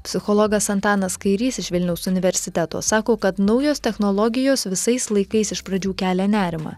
psichologas antanas kairys iš vilniaus universiteto sako kad naujos technologijos visais laikais iš pradžių kelia nerimą